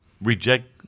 Reject